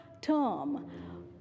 term